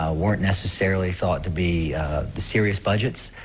ah weren't necessarily thought to be serious budgets.